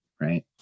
right